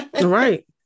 Right